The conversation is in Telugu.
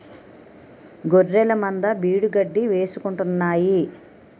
గొఱ్ఱెలమంద బీడుగడ్డి మేసుకుంటాన్నాయి